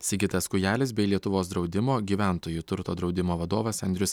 sigitas kūjelis bei lietuvos draudimo gyventojų turto draudimo vadovas andrius